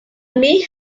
may